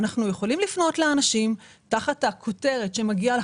אנחנו יכולים לפנות לאנשים תחת הכותרת שמגיעה לו